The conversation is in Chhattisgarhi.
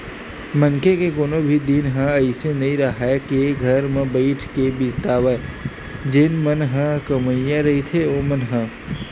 मनखे के कोनो भी दिन ह अइसे नइ राहय के घर म बइठ के बितावय जेन मन ह कमइया रहिथे ओमन ह